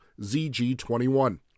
ZG21